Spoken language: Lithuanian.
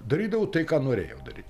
darydavau tai ką norėjau daryt